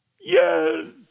yes